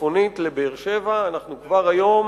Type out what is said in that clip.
צפונית לבאר-שבע אנחנו כבר היום